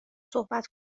صحبت